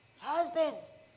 Husbands